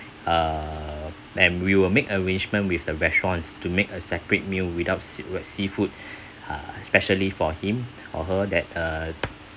uh and we will make arrangement with the restaurants to make a separate meal without sea~ seafood uh specially for him or her that uh